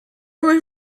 were